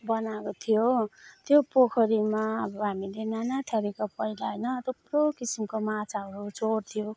बनाएको थियो त्यो पोखरीमा अब हामीले नानाथरीका पहिला होइन थुप्रो किसिमको माछाहरू छोड्थ्यो